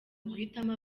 uguhitamo